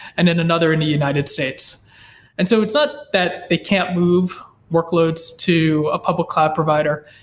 and then another in the united states and so it's not that they can't move workloads to a public cloud provider.